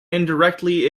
indirectly